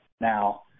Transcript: now